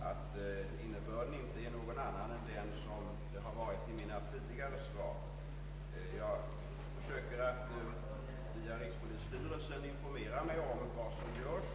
svara herr Åkerlund, alt innebörden inte är någon annan än den har varit i mina tidigare svar. Jag försöker att via rikspolisstyrelsen informera mig om vad som görs.